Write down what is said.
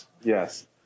Yes